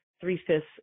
three-fifths